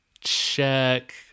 check